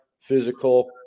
physical